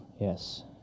Yes